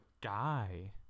guy